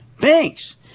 Banks